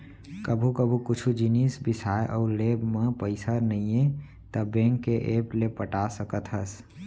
कभू कहूँ कुछु जिनिस बिसाए अउ जेब म पइसा नइये त बेंक के ऐप ले पटा सकत हस